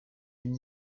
une